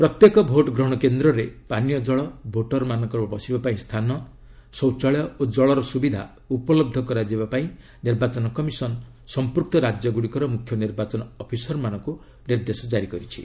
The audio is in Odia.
ପ୍ରତ୍ୟେକ ଭୋଟ୍ ଗ୍ରହଣ କେନ୍ଦ୍ରରେ ପାନୀୟ ଜଳ ଭୋଟରମାନଙ୍କ ବସିବା ପାଇଁ ସ୍ଥାନ ଶୌଚାଳୟ ଓ ଜଳର ସୁବିଧା ଉପଲହ୍ଧ କରାଯିବାକୁ ନିର୍ବାଚନ କମିଶନ ସଂପୃକ୍ତ ରାଜ୍ୟଗୁଡ଼ିକର ମୁଖ୍ୟ ନିର୍ବାଚନ ଅଫିସରମାନଙ୍କୁ ନିର୍ଦ୍ଦେଶ ଜାରି କରିଛି